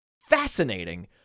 fascinating